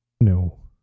No